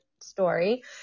story